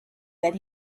that